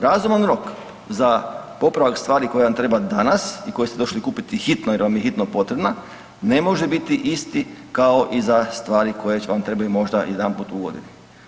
Razuman rok za popravak stvari koja vam treba danas i koju ste došli kupiti hitno jer vam je hitno potrebna, ne može biti isti kao i za stvari koje vam trebaju možda jedanput u godini.